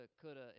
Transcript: coulda